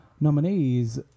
nominees